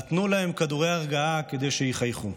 נתנו להם כדורי הרגעה כדי שיחייכו.